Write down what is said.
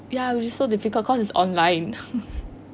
ya which is so difficult cause it's online